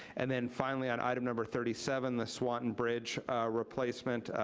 and then finally on item number thirty seven, the swanton bridge replacement,